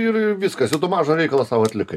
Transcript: ir ir viskas ir tu mažą reikalą sau atlikai